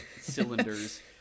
cylinders